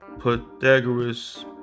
Pythagoras